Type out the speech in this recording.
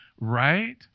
right